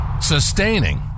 sustaining